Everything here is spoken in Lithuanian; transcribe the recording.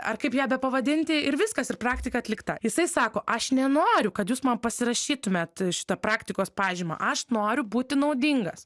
ar kaip ją bepavadinti ir viskas ir praktika atlikta jisai sako aš nenoriu kad jūs man pasirašytumėt šitą praktikos pažymą aš noriu būti naudingas